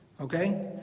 okay